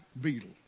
Beetle